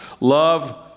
Love